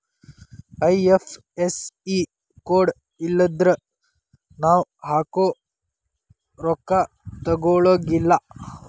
IFSC code ಇಲ್ಲನ್ದ್ರ ನಾವ್ ಹಾಕೊ ರೊಕ್ಕಾ ತೊಗೊಳಗಿಲ್ಲಾ